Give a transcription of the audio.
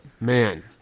man